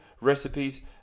recipes